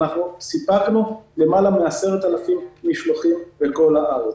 סיפקנו למעלה מ-10,000 משלוחים בכל הארץ.